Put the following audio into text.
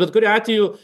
bet kuriuo atveju